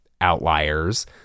outliers